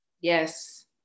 yes